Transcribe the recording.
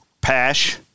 Pash